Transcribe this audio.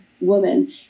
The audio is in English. woman